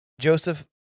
Joseph